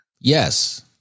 Yes